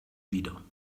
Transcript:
wider